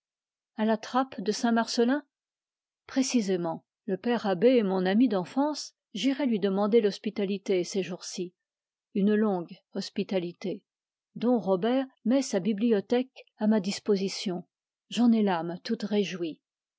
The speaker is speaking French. à la trappe de saint marcellin précisément le père abbé est mon ami d'enfance j'irai lui demander l'hospitalité ces jours-ci une longue hospitalité dom robert met sa bibliothèque à ma disposition j'en ai l'âme toute réjouie